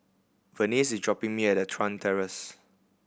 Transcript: Venice is dropping me at the Chuan Terrace